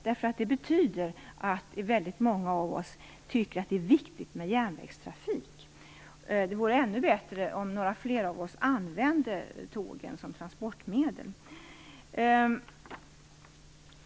Det betyder att väldigt många av oss tycker att det är viktigt med järnvägstrafik. Det vore ännu bättre om några fler av oss använde tågen som transportmedel.